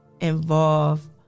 involve